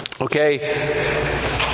okay